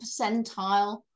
percentile